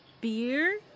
Beer